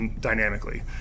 dynamically